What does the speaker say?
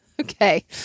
Okay